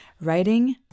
writing